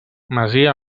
masia